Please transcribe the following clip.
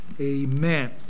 amen